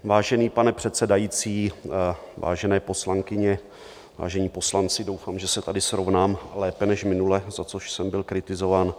Vážený pane předsedající, vážené poslankyně, vážení poslanci, doufám, že se tady srovnám lépe než minule, za což jsem byl kritizován.